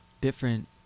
different